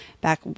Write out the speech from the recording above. back